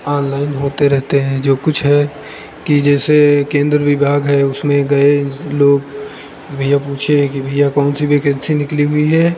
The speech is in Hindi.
आनलाइन होते रहते हैं जो कुछ है कि जैसे केंद्र विभाग है उसमें गए लोग भैया पूछें कि भैया कौन सी वैकेंसी निकली हुई है